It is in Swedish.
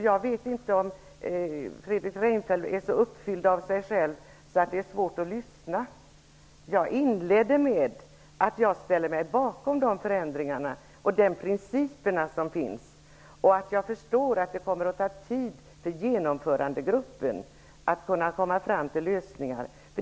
Jag vet inte om Fredrik Reinfeldt är så uppfylld av sig själv att det är svårt att för honom att lyssna. Jag inledde med att säga att jag ställer mig bakom de förändringar och principer som finns. Jag förstår att det kommer att ta tid för genomförandegruppen att komma fram till lösningar.